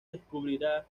descubrirá